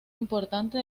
importante